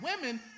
women